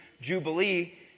jubilee